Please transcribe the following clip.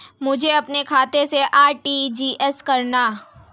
मुझे अपने खाते से आर.टी.जी.एस करना?